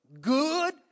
Good